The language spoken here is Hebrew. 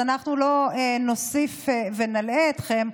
אז אנחנו לא נוסיף ונלאה אתכם,